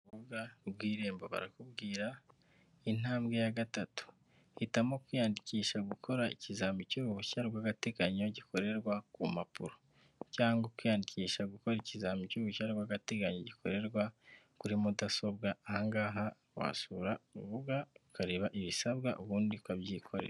Urubuga rw'irembo barakubwira, intambwe ya gatatu, hitamo kwiyandikisha gukora ikizami cy'uruhushya rw'agateganyo gikorerwa ku mpapuro, cyangwa ukiyandikisha gukora ikizami cy'uruhushya rw'agateganyo gikorerwa kuri mudasobwa. Aha ngaha wasura urubuga ukareba ibisabwa, ubundi ukabyikorera.